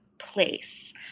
place